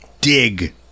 dig